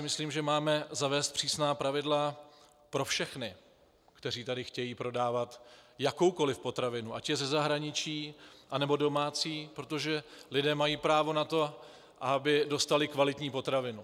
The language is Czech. Myslím si, že máme zavést přísná pravidla pro všechny, kteří tu chtějí prodávat jakoukoli potravinu, ať je ze zahraničí, nebo domácí, protože lidé mají právo na to, aby dostali kvalitní potravinu.